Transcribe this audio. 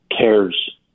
cares